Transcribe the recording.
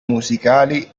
musicali